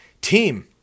team